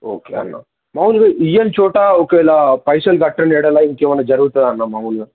okay అన్న మాములుగా ఇవ్వని చోట ఒకవేళ పైసలు కట్టటం ఎడలా ఇంకేమైనా జరుగుతుందా అన్న మాములుగా